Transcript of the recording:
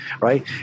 right